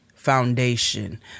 foundation